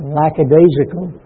lackadaisical